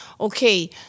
Okay